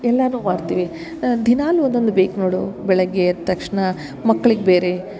ಎಲ್ಲಾನು ಮಾಡ್ತೀವಿ ದಿನಾಲು ಒಂದೊಂದು ಬೇಕು ನೋಡು ಬೆಳಗ್ಗೆ ಎದ್ದ ತಕ್ಷಣ ಮಕ್ಳಿಗೆ ಬೇರೆ